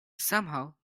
somehow